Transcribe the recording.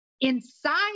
Inside